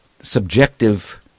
subjective